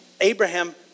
Abraham